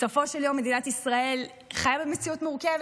בסופו של יום, מדינת ישראל חיה במציאות מורכבת.